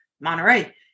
Monterey